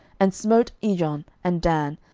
and smote ijon, and dan,